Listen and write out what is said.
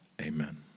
Amen